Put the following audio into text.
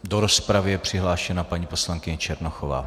Do rozpravy je přihlášena paní poslankyně Černochová.